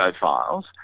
files